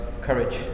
courage